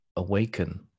Awaken